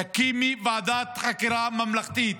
תקימי ועדת חקירה ממלכתית.